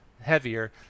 heavier